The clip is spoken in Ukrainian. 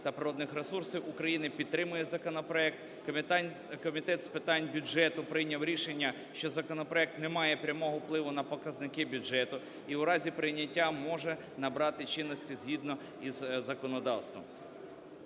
та природних ресурсів України підтримує законопроект. Комітет з питань бюджету прийняв рішення, що законопроект не має прямого впливу на показники бюджету і у разі прийняття може набрати чинності згідно із законодавством.